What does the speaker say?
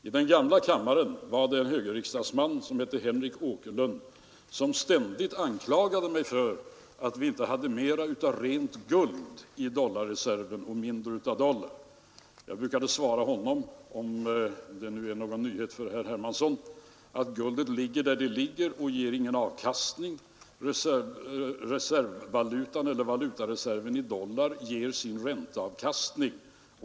I den gamla riksdagen fanns det en högerriksdagsman som hette Henrik Åkerlund; han anklagade mig ständigt för att vi inte hade mera av guld i valutareserven och mindre av dollar. Jag brukade svara honom — om det nu är någon nyhet för herr Hermansson — att guldet ligger där det ligger och ger ingen avkastning; valutareserven i dollar ger sin ränteavkastning.